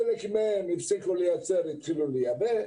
חלקן הפסיקו לייצר והחלו לייבא,